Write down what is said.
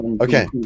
Okay